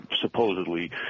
supposedly